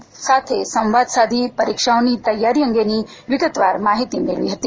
વગેરે સાથે સંવાદ સાધી પરીક્ષાઓની તૈયારી અંગેની વિગતવાર માહિતી મેળવી હતી